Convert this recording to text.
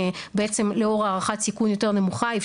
בעצם לאור הערכת סיכון נמוכה יותר,